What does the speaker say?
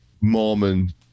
Mormon